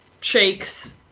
shakes